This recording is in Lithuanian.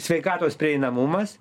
sveikatos prieinamumas